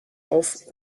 auf